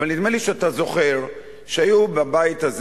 אבל נדמה לי שאתה זוכר שהיו גם בבית הזה